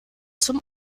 zum